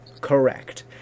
correct